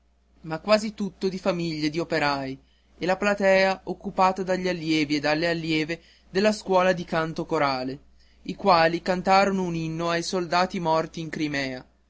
ma quasi tutto di famiglie d'operai e la platea occupata dagli allievi e dalle allieve della scuola di canto corale i quali cantarono un inno ai soldati morti in crimea